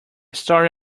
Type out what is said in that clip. story